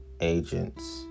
agents